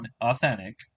authentic